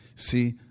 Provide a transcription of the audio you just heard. See